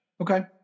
Okay